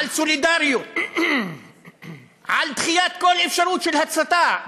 על סולידריות, על דחיית כל אפשרות של הצתה.